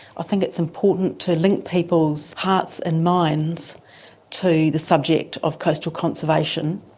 think it's important to link people's hearts and minds to the subject of coastal conservation,